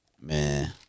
Man